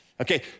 okay